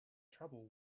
trouble